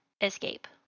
escape